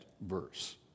verse